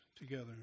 together